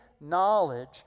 knowledge